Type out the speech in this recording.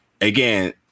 again